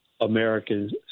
Americans